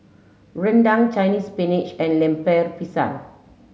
Rendang Chinese Spinach and Lemper Pisang